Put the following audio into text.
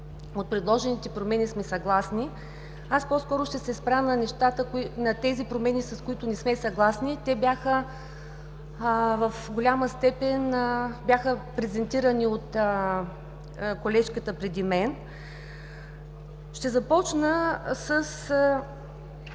от предложените промени сме съгласни. Аз по-скоро ще се спра на тези промени, с които не сме съгласни. Те бяха в голяма степен презентирани от колежката преди мен. Ще започна с